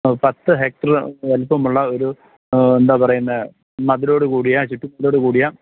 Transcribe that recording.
പത്ത് ഹെക്ടർ വലുപ്പമുള്ള ഒരു എന്താണ് പറയുന്ന മതിലോട് കൂടിയ ചുറ്റുമതിലോട് കൂടിയ